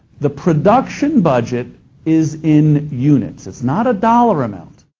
the production budget is in units. it is not a dollar amount.